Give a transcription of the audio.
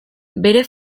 bere